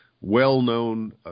well-known